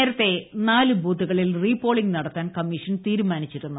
നേരത്തെ നാലു ബൂത്തുകളിൽ റീ പോളിംഗ് നടത്താൻ കമ്മീഷൻ തീരുമാനിച്ചിരുന്നു